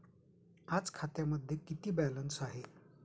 आज खात्यामध्ये किती बॅलन्स आहे?